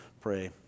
pray